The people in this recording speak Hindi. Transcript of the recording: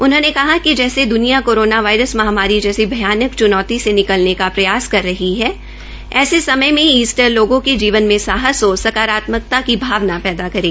उन्होंने कहा कि जैसे दुनिया कोरोना महामारी जैसी भयानक चुनौती से निकलने का प्रयास कर रही है ऐसे समय में इस्टर लोगों के जीवन में साहस और सकारात्मकता की भावना पैदा करें